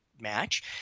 match